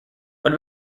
what